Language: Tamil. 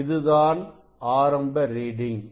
இதுதான் ஆரம்ப ரீடிங்